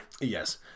yes